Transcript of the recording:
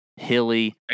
hilly